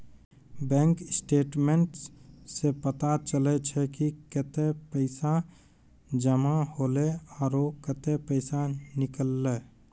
bank statements सें पता चलै छै कि कतै पैसा जमा हौले आरो कतै पैसा निकललै